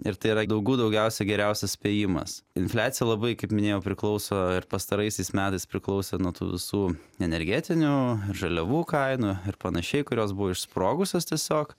ir tai yra daugių daugiausia geriausias spėjimas infliacija labai kaip minėjau priklauso ir pastaraisiais metais priklauso nuo tų visų energetinių žaliavų kainų ir panašiai kurios buvo išsprogusios tiesiog